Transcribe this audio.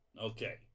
okay